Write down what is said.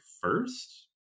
first